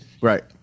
Right